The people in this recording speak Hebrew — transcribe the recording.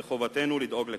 וחובתנו לדאוג לכך.